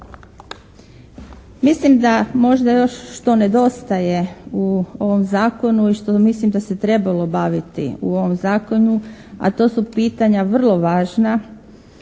Mislim da možda još što nedostaje u ovom zakonu i što mislim da se trebalo obaviti u ovom zakonu, a to su pitanja vrlo važna,